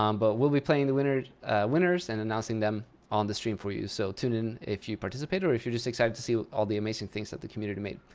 um but we'll be playing the winners winners and announcing them on the stream for you. so tune in if you participated, or if you're just excited to see all the amazing things that the community made.